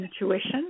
intuition